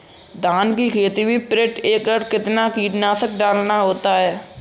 धान की खेती में प्रति एकड़ कितना कीटनाशक डालना होता है?